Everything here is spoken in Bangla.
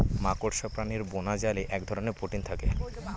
মাকড়সা প্রাণীর বোনাজালে এক ধরনের প্রোটিন থাকে